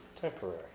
temporary